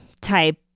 type